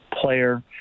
player